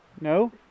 No